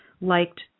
liked